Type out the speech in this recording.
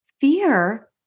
fear